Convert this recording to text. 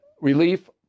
relief